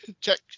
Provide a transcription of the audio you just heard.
Check